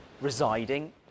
residing